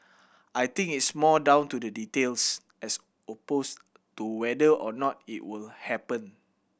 I think it's more down to the details as opposed to whether or not it will happen